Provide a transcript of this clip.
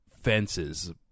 fences